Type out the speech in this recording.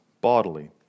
bodily